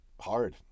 hard